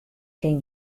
kin